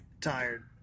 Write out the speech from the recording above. tired